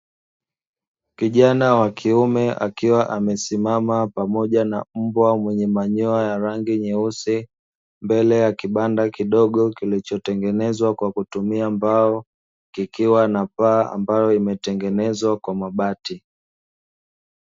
Kijana wa kiume akiwa amesimama pamoja na mbwa mwenye manyoya ya rangi nyeusi, mbele ya kibanda kidogo kilichotengenezwa kwa kutumia mbao, kikiwa na paa ambalo limetengenezwa kwa mabati.